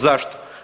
Zašto?